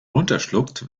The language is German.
runterschluckt